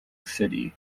city